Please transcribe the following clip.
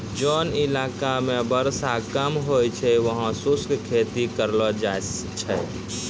जोन इलाका मॅ वर्षा कम होय छै वहाँ शुष्क खेती करलो जाय छै